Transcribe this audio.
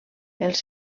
els